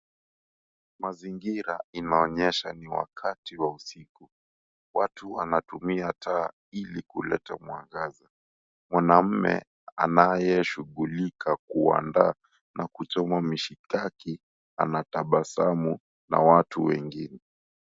Mazingira inaonyesha ni wakati wa usiku. Watu wanatumia taa ili kuleta mwangaza. Mwanaume anayeshughulika kuandaa, na kuchoma, mishikaki anatabasamu na watu wengine.